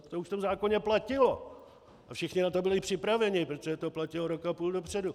To už v tom zákoně platilo a všichni na to byli připraveni, protože to platilo rok a půl dopředu.